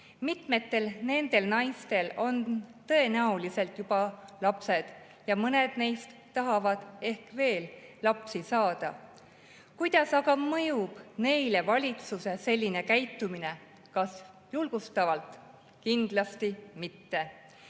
Mitmetel nendel naistel on tõenäoliselt juba lapsed ja mõned neist tahavad ehk veel lapsi saada. Kuidas aga mõjub neile valitsuse selline käitumine, kas julgustavalt? Kindlasti mitte.